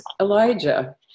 Elijah